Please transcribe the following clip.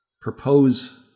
propose